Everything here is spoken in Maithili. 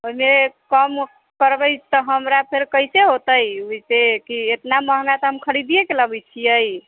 एहिमे कम करबै तऽ हमरा फेर कैसे होतै ओहिसँ कि इतना महँगा तऽ हम खरीदिएके लाबैत छियै